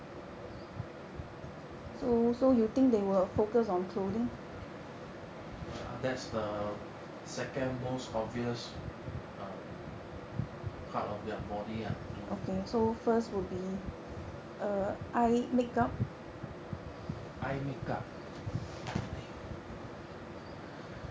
well err that was the second most obvious err part of their body lah to eye makeup !aiyo!